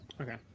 Okay